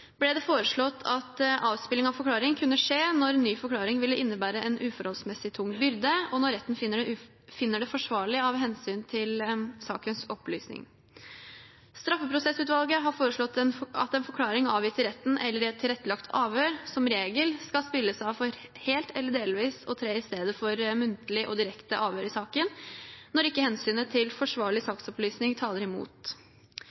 ble det foreslått at avspilling av forklaring kan skje når ny forklaring vil innebære en uforholdsmessig tung byrde, og når retten finner det forsvarlig av hensyn til sakens opplysning. Straffeprosessutvalget har foreslått at en forklaring avgitt i retten eller i et tilrettelagt avhør som regel skal spilles av for helt eller delvis å tre i stedet for muntlig og direkte avhør i saken når ikke hensynet til forsvarlig